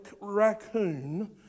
raccoon